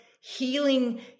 healing